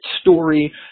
story